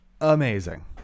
Amazing